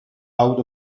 out